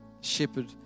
Shepherd